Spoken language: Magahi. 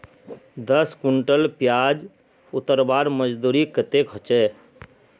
दस कुंटल प्याज उतरवार मजदूरी कतेक होचए?